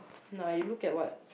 !nah! you look at what